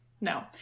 No